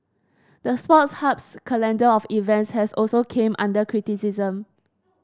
the Sports Hub's calendar of events has also came under criticism